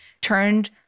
turned